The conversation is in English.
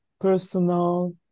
personal